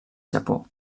japó